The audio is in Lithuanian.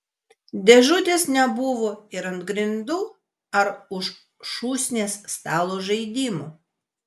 dėžutės nebuvo ir ant grindų ar už šūsnies stalo žaidimų